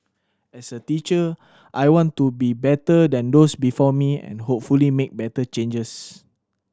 as a teacher I want to be better than those before me and hopefully make better changes